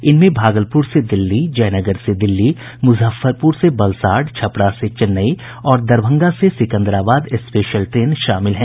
इनमें भागलपुर से दिल्ली जयनगर से दिल्ली मुजफ्फरपुर से बलसाढ़ छपरा से चेन्नई और दरभंगा से सिकंदराबाद स्पेशल ट्रेन शामिल हैं